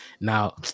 now